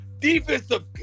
defensive